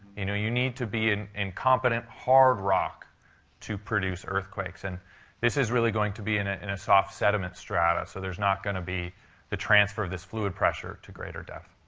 you know, you need to be in in competent hard rock to produce earthquakes. and this is really going to be in ah in a soft sediment strata. so there's not going to be the transfer of this fluid pressure to greater depth.